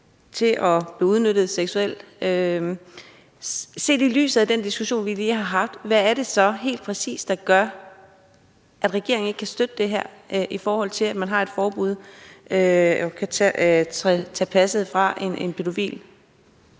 bliver udnyttet seksuelt. Set i lyset af den diskussion, vi lige har haft, hvad er det så helt præcis, der gør, at regeringen ikke kan støtte det her med, at man har et forbud og kan tage passet fra en pædofil?